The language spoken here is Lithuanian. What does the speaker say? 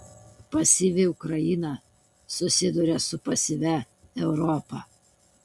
pasyvi ukraina susiduria su pasyvia europa